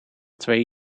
twee